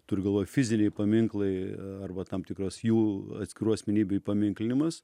turiu galvoj fiziniai paminklai arba tam tikros jų atskirų asmenybių įpaminklinimas